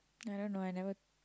ya I don't know I never